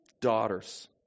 daughters